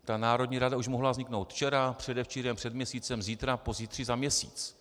Ta národní rada už mohla vzniknout včera, předevčírem, před měsícem, zítra, pozítří, za měsíc.